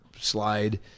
slide